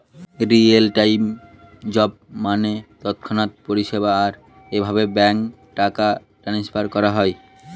real time job মানে তৎক্ষণাৎ পরিষেবা, আর এভাবে ব্যাঙ্কে টাকা ট্রান্সফার করা হয়